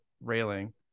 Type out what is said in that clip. railing